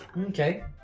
Okay